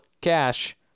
cash